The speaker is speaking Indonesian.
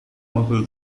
mobil